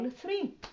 three